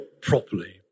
properly